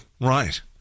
Right